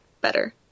better